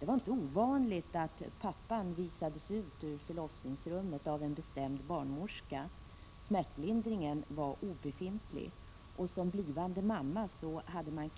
Det var inte ovanligt att pappan visades ut ur förlossningsrummet av en bestämd barnmorska, att smärtlindringen var obefintlig, och att man som blivande mamma